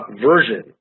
version